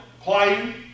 playing